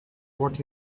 what